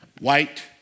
white